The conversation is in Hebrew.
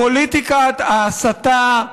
פוליטיקת ההסתה,